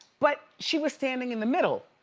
but she was standing in the middle,